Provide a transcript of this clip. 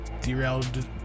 Derailed